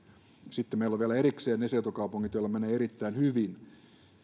sitten meillä on vielä erikseen ne seutukaupungit joilla menee erittäin hyvin